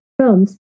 films